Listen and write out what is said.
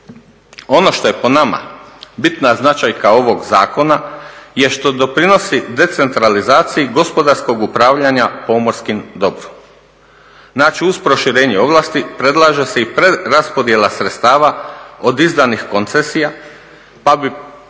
Ono što je po nama bitna značajka ovog zakona je što doprinosi decentralizaciji gospodarskog upravljanja pomorskim dobrom. Znači uz proširenje ovlasti predlaže se i preraspodjela sredstava od izdanih koncesija pa bi